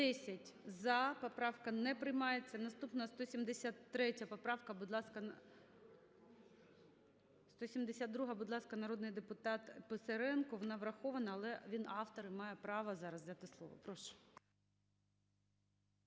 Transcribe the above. За-10 Поправка не приймається. Наступна - 173 поправка. Будь ласка… 172-а. Будь ласка, народний депутат Писаренко. Вона врахована, але він автор і має право зараз взяти слово. Прошу.